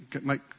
make